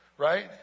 right